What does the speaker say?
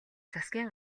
засгийн